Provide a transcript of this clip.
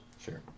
sure